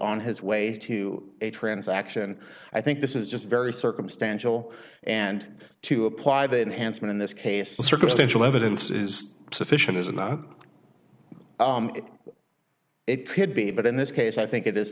on his way to a transaction i think this is just very circumstantial and to apply that hanssen in this case the circumstantial evidence is sufficient is enough it could be but in this case i think it is